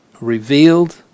revealed